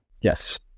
Yes